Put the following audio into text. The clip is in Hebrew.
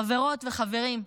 חברות וחברים,